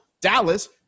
Dallas